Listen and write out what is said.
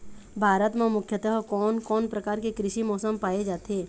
भारत म मुख्यतः कोन कौन प्रकार के कृषि मौसम पाए जाथे?